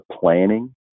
planning